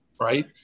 right